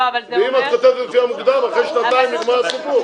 אם את כותבת "לפי המוקדם" אחרי שנתיים נגמר הסיפור.